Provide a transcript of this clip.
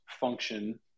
function